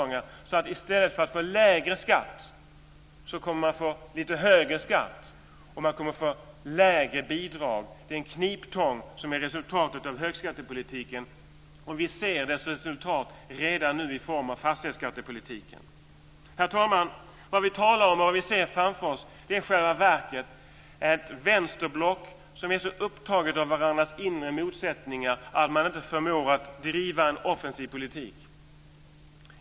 I stället för att få lägre skatt kommer de att få lite högre skatt och lägre bidrag. Det är en kniptång som är resultatet av högskattepolitiken. Vi ser dess resultat redan nu i form av fastighetsskattepolitiken. Herr talman! Vad vi talar om och vad vi ser framför oss är i själva verket ett vänsterblock som är så upptaget av sina inre motsättningar att det inte förmår att driva en offensiv politik.